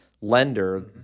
lender